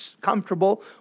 comfortable